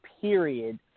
period